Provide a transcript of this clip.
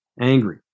angry